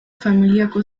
familiako